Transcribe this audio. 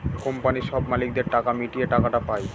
কোম্পানির সব মালিকদের টাকা মিটিয়ে টাকাটা পায়